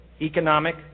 economic